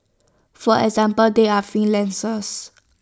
for example they are freelancers